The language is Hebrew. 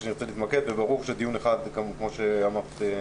ברור שדיון אחד, כפי שאמרת,